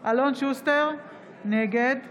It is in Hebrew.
אלון שוסטר, נגד